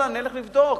נלך לבדוק,